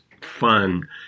fun